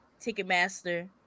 Ticketmaster